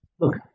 Look